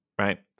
right